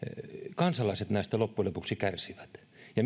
kansalaiset näistä loppujen lopuksi kärsivät ja